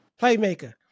Playmaker